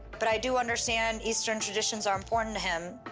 but i do understand eastern traditions are important to him.